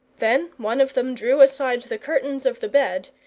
then one of them drew aside the curtains of the bed,